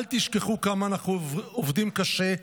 אל תשכחו כמה אנחנו עובדים קשה,